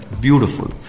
beautiful